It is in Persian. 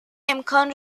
امکان